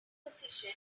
position